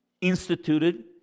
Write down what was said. instituted